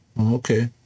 Okay